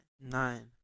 nine